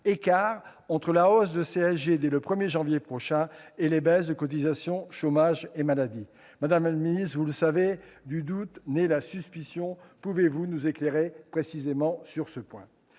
l'écart entre la hausse de la CSG dès le 1 janvier prochain et les baisses de cotisations chômage et maladie ? Madame la ministre, du doute naît la suspicion : pouvez-vous nous éclairer précisément sur ce point ?